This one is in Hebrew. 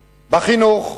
בחינוך,